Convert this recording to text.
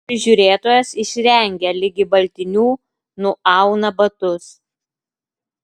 prižiūrėtojas išrengia ligi baltinių nuauna batus